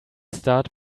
start